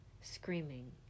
screaming